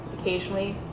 occasionally